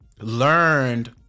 learned